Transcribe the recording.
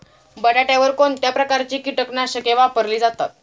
बटाट्यावर कोणत्या प्रकारची कीटकनाशके वापरली जातात?